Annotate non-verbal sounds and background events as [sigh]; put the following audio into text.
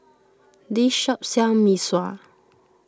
[noise] this shop sells Mee Sua